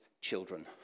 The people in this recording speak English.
children